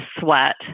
sweat